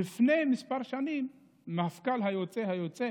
לפני כמה שנים, המפכ"ל היוצא-היוצא